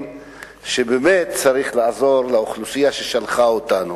שבאמת צריך לעזור בהם לאוכלוסייה ששלחה אותנו,